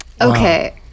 okay